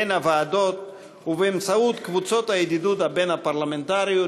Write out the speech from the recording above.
בין הוועדות ובאמצעות קבוצות הידידות הבין-פרלמנטריות,